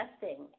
testing